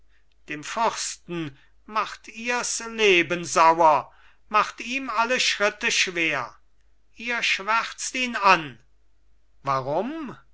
dem fürsten macht ihr s leben sauer macht ihm alle schritte schwer ihr schwärzt ihn an warum